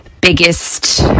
biggest